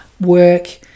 work